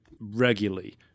regularly